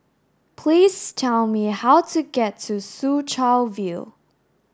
please tell me how to get to Soo Chow View